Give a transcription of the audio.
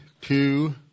two